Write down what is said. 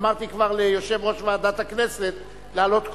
אמרתי ליושב-ראש ועדת הכנסת לעלות קודם,